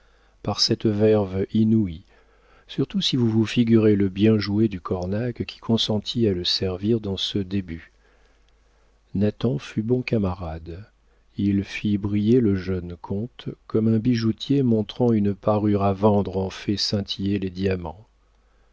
par cette verve inouïe surtout si vous vous figurez le bien jouer du cornac qui consentit à le servir dans ce début nathan fut bon camarade il fit briller le jeune comte comme un bijoutier montrant une parure à vendre en fait scintiller les diamants